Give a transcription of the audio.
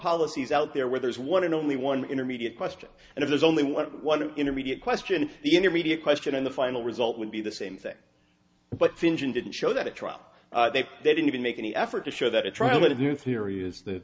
policies out there where there is one and only one intermediate question and if there's only one what an intermediate question the intermediate question and the final result would be the same thing but finch and didn't show that a trial they didn't even make any effort to show that a trial of their theory is that